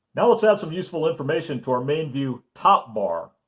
now, let's add some useful information to our main view top bar.